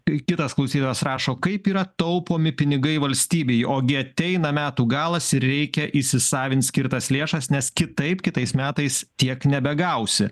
kai kitas klausytojas rašo kaip yra taupomi pinigai valstybėj ogi ateina metų galas ir reikia įsisavint skirtas lėšas nes kitaip kitais metais tiek nebegausi